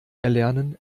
erlernen